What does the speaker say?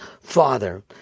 father